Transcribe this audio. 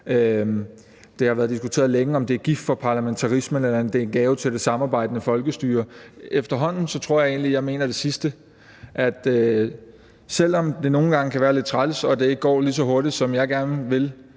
Det har været diskuteret længe, om det er gift for parlamentarismen, eller om det er en gave til det samarbejdende folkestyre. Efterhånden tror jeg, at jeg mener det sidste. Selv om det nogle gange kan være lidt træls og ikke går lige så hurtigt, som jeg gerne vil,